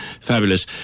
fabulous